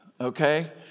okay